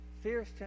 fierce